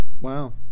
Wow